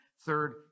third